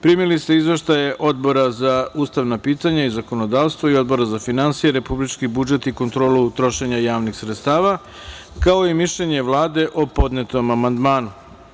Primili ste izveštaje Odbora za ustavna pitanja i zakonodavstvo i Odbora za finansije, republički budžet i kontrolu trošenja javnih sredstava, kao i mišljenje Vlade o podnetom amandmanom.